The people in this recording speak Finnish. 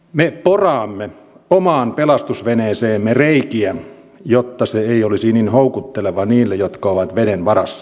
me poraamme omaan pelastusveneeseemme reikiä jotta se ei olisi niin houkutteleva niille jotka ovat veden varassa